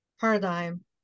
paradigm